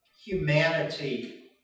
humanity